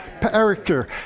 character